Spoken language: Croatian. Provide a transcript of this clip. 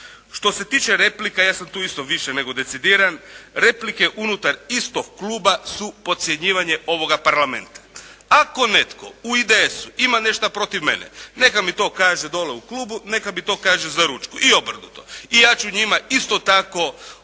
Što se tiče replika ja sam tu isto više nego decidiran. Replike unutar istoga kluba su podcjenjivanje ovoga parlamenta. Ako netko u IDS-u ima nešto protiv mene neka mi to kaže dole u klubu, neka mi to kaže za ručkom, i obrnuto. I ja ću njima isto tako to reći